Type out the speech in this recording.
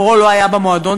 מקורו לא היה במועדון,